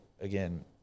again